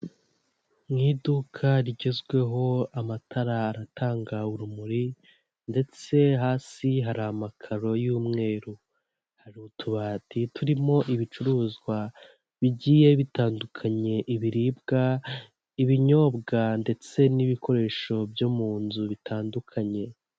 Mu iduka rigezweho amatara aratanga urumuri ndetse hasi hari amakaro y'umweru, hari utubati turimo ibicuruzwa bigiye bitandukanye: ibiribwa, ibinyobwa, ndetse n'ibikoresho byo mu nzu bitandukanye.